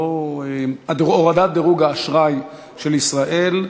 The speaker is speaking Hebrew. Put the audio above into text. הורדת דירוג האשראי של ישראל,